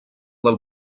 del